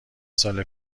سال